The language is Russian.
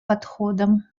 подходом